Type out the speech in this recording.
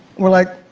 we're like,